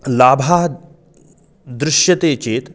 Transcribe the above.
लाभाः दृश्यन्ते चेत्